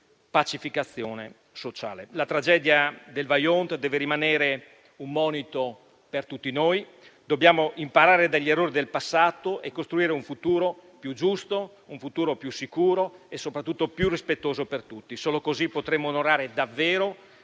La tragedia del Vajont deve rimanere un monito per tutti noi, dobbiamo imparare dagli errori del passato e costruire un futuro più giusto, un futuro più sicuro e, soprattutto, più rispettoso per tutti. Solo così potremo onorare davvero